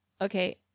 Okay